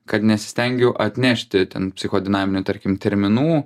kad nesistengiu atnešti ten psicho dinaminių tarkim terminų